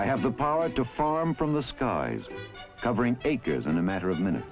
i have the power to farm from the skies covering acres in a matter of minutes